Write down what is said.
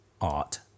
art